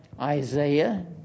Isaiah